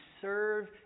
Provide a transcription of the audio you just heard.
serve